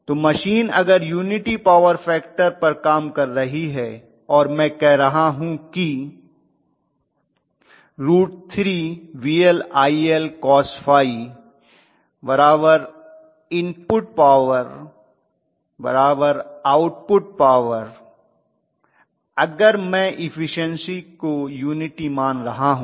तो मशीन अगर unity power factor पर काम कर रही है और मैं कह रहा हूं कि √3VLIL cosϕइनपुट पॉवर आउटपुट पॉवर अगर मैं इफिशन्सी को यूनिटी मान रहा हूं